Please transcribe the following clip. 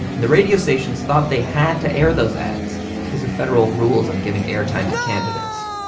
and the radio stations thought they had to air those ads because of federal rules on giving airtime to candidates.